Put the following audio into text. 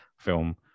film